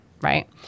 right